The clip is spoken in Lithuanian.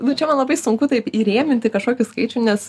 nu čia man labai sunku taip įrėminti kažkokį skaičių nes